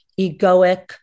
egoic